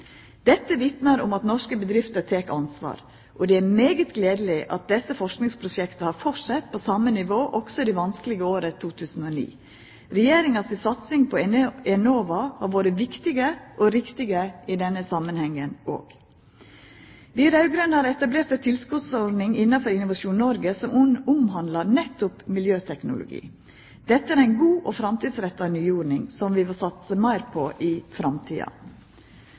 Dette vitnar om at norske bedrifter tek ansvar. Det er veldig gledeleg at desse forskingsprosjekta har fortsett på same nivå, også i det vanskelege året 2009. Regjeringa si satsing på Enova har vore viktig og riktig i den samanhengen. Vi raud-grøne har etablert ei tilskotsordning innafor Innovasjon Noreg som omhandlar nettopp miljøteknologi. Dette er ei god og framtidsretta nyordning som vi vil satsa meir på i framtida.